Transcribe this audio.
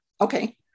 Okay